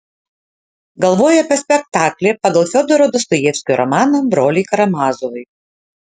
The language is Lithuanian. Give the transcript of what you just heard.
galvoju apie spektaklį pagal fiodoro dostojevskio romaną broliai karamazovai